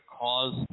cause